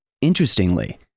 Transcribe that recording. Interestingly